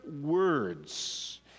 words